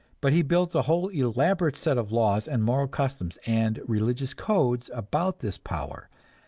but he builds a whole elaborate set of laws and moral customs and religious codes about this power,